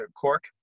Cork